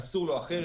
אסור לה אחרת.